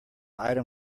item